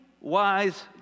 wise